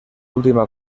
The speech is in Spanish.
última